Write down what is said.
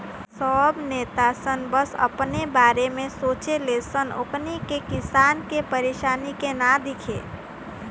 सब नेता सन बस अपने बारे में सोचे ले सन ओकनी के किसान के परेशानी के ना दिखे